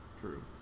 True